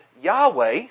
Yahweh